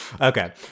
okay